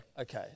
Okay